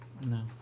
No